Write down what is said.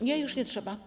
Nie, już nie trzeba.